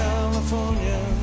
California